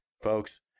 Folks